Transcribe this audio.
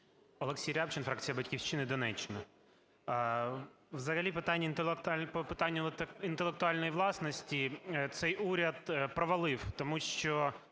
Олексій Рябчин, фракція "Батьківщина", Донеччина. Взагалі по питанню інтелектуальної власності цей уряд провалив, тому що